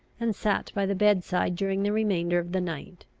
and sat by the bed-side during the remainder of the night.